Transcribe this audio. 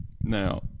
Now